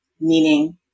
meaning